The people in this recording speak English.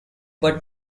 were